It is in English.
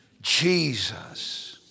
Jesus